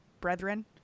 brethren